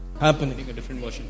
happening